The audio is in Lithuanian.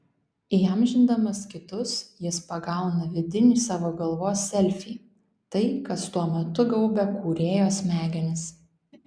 įamžindamas kitus jis pagauna vidinį savo galvos selfį tai kas tuo metu gaubia kūrėjo smegenis